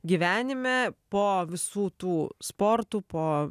gyvenime po visų tų sportų po